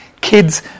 kids